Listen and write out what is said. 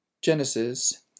Genesis